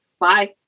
bye